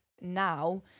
now